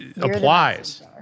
applies